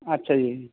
ਅੱਛਾ ਜੀ